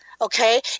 Okay